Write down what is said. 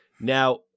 now